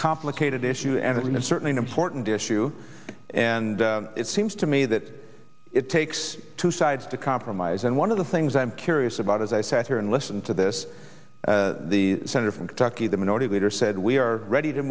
complicated issue and it is certainly an important issue and it seems to me that it takes two sides to compromise and one of the things i'm curious about as i sat here and listen to this the senator from kentucky the minority leader said we are ready to